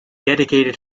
dedicated